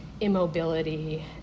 immobility